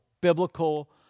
biblical